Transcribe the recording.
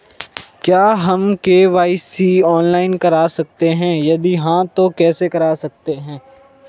क्या हम KYC online करा सकते हैं यदि हाँ तो कैसे करा सकते हैं?